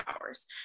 hours